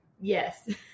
Yes